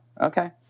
Okay